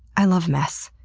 i love mess.